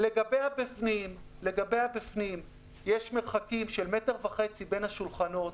לגבי הבפנים: יש מרחקים של מטר וחצי בין השולחנות.